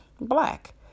black